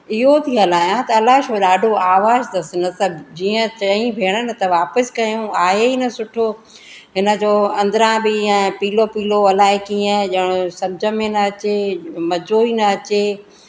इहो थी हलायां त अलाई छो ॾाढो आवाजु अथसि हिन सां जीअं चई भेण न त वापसि कयूं आहे ई न सुठो हिन जो अंदरा बि ऐं पीलो पीलो इलाही कीअं ॼण सम्झि में न अचे मज़ो ई न अचे